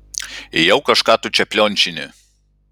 jau kažką tu čia pliončini